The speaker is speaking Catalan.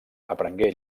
aprengué